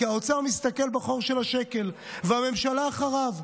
כי האוצר מסתכל בחור של השקל והממשלה אחריו.